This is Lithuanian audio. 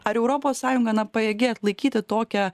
ar europos sąjunga na pajėgi atlaikyti tokią